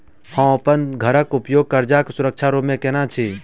हम अप्पन घरक उपयोग करजाक सुरक्षा रूप मेँ केने छी